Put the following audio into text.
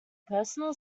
personal